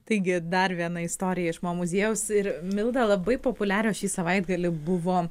taigi dar viena istorija iš mo muziejaus ir milda labai populiarios šį savaitgalį buvo